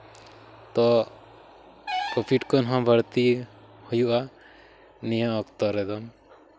ᱛᱚ ᱯᱨᱚᱯᱷᱤᱴ ᱠᱷᱚᱱ ᱦᱚᱸ ᱵᱟᱹᱲᱛᱤ ᱦᱩᱭᱩᱜᱼᱟ ᱱᱤᱭᱟᱹ ᱚᱠᱛᱚ ᱨᱮᱫᱚ